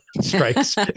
strikes